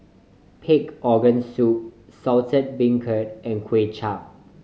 pig organ soup Saltish Beancurd and Kuay Chap